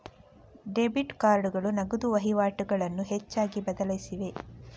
debit ಕಾರ್ಡುಗಳು ನಗದು ವಹಿವಾಟುಗಳನ್ನು ಹೆಚ್ಚಾಗಿ ಬದಲಾಯಿಸಿವೆ